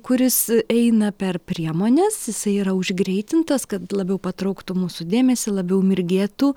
kuris eina per priemones jisai yra užgreitintas kad labiau patrauktų mūsų dėmesį labiau mirgėtų